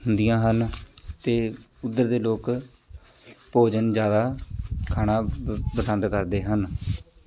ਹੁੰਦੀਆਂ ਹਨ ਅਤੇ ਉੱਧਰ ਦੇ ਲੋਕ ਭੋਜਨ ਜ਼ਿਆਦਾ ਖਾਣਾ ਪ ਪਸੰਦ ਕਰਦੇ ਹਨ